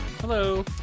Hello